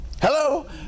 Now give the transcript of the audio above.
Hello